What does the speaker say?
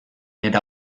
era